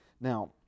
now